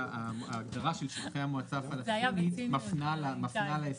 ההגדרה של שטחי המועצה הפלסטינית מפנה להסכם.